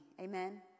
Amen